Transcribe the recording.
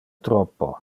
troppo